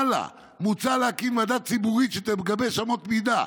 הלאה: "מוצע להקים ועדה ציבורית שתגבש אמות מידה,